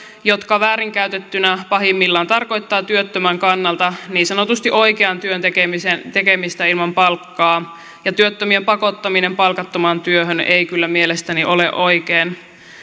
jotka väärin käytettyinä pahimmillaan tarkoittavat työttömän kannalta niin sanotusti oikean työn tekemistä tekemistä ilman palkkaa ja työttömien pakottaminen palkattomaan työhön ei kyllä mielestäni ole oikein